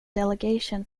delegation